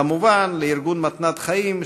וכמובן לארגון "מתנת חיים",